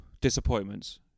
disappointments